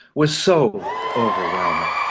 was so overwhelming.